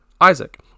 Isaac